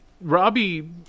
robbie